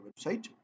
website